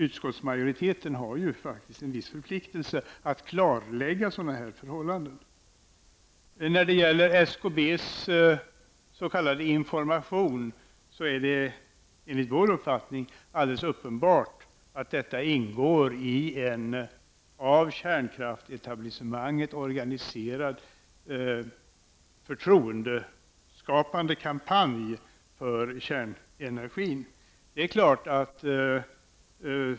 Utskottsmajoriteten har faktiskt en viss förpliktelse att klarlägga sådana här förhållanden. När det gäller SKBs s.k. information är det enligt vår uppfattning alldeles uppenbart att den ingår i en av kärnkraftsetablissemanget organiserad kampanj i syfte att skapa förtroende för kärnenergin.